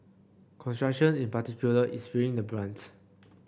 construction in particular is feeling the brunt